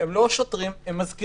הם לא שוטרים, הם מזכירים.